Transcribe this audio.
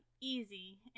Easy